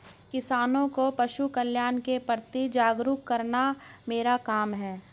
किसानों को पशुकल्याण के प्रति जागरूक करना मेरा काम है